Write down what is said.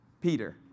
Peter